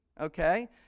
okay